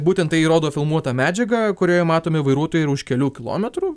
būtent tai rodo filmuota medžiaga kurioje matomi vairuotojai ir už kelių kilometrų